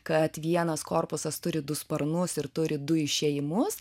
kad vienas korpusas turi du sparnus ir turi du išėjimus